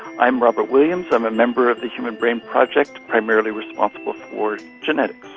i'm robert williams, i'm a member of the human brain project, primarily responsible for genetics.